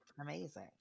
Amazing